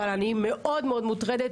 אבל אני מאוד מאוד מוטרדת.